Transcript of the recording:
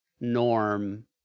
Norm